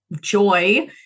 joy